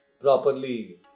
properly